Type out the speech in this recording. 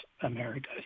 America